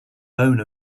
bone